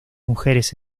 mujeres